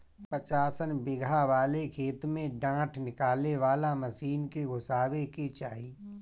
पचासन बिगहा वाले खेत में डाँठ निकाले वाला मशीन के घुसावे के चाही